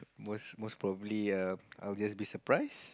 most most probably err I would just be surprised